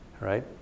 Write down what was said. right